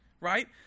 right